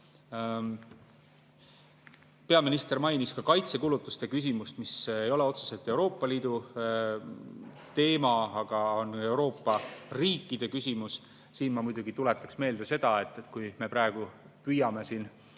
Peaminister mainis ka kaitsekulutuste küsimust, mis ei ole otseselt Euroopa Liidu teema, aga on Euroopa riikide küsimus. Siin ma muidugi tuletan meelde seda, et praegu me püüame oma